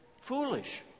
foolish